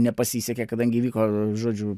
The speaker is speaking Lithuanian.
nepasisekė kadangi įvyko žodžiu